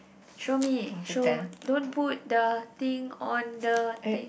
show me show don't put the thing on the thing